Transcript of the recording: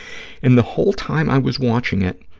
and the whole time i was watching it,